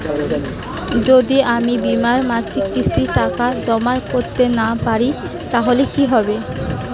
যদি আমি বীমার মাসিক কিস্তির টাকা জমা করতে না পারি তাহলে কি হবে?